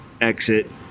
exit